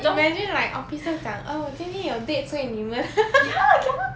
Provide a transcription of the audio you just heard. imagine like officer 讲今天有 date 所以你们